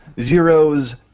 zeros